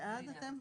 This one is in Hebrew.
הצבעה אושר.